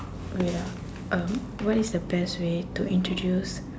wait ah um what is the best way to introduce